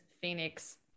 Phoenix